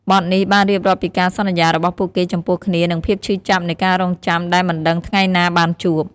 បទនេះបានរៀបរាប់ពីការសន្យារបស់ពួកគេចំពោះគ្នានិងភាពឈឺចាប់នៃការរង់ចាំដែលមិនដឹងថ្ងៃណាបានជួប។